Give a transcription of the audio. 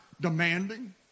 demanding